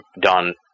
done